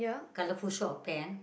colourful shop and